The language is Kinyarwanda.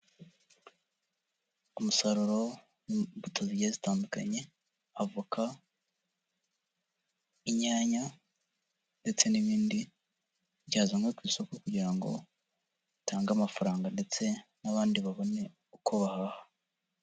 Umusaruro w'imbuto zigiye zitandukanye, avoka, inyanya ndetse n'ibindi, byazanwe ku isoko kugira ngo bitange amafaranga ndetse n'abandi babone uko bahaha.